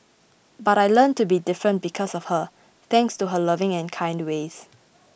but I learnt to be different because of her thanks to her loving and kind ways